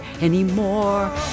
anymore